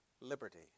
liberty